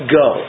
go